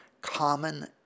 common